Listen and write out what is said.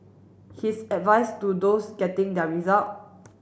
his advice to those getting their result